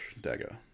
dagger